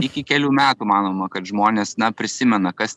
iki kelių metų manoma kad žmonės na prisimena kas